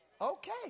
Okay